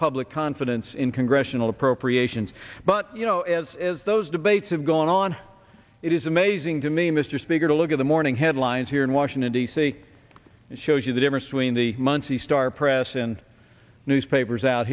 public confidence in congressional appropriations but you know it's as those debates have gone on it is amazing to me mr speaker to look at the morning headlines here in washington d c and show you the difference between the muncie star press and newspapers out